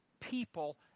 people